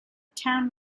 town